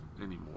anymore